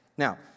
Now